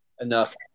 enough